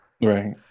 Right